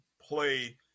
play